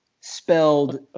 spelled